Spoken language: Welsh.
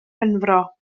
penfro